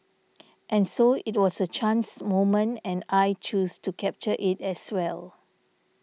and so it was a chance moment and I chose to capture it as well